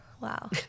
Wow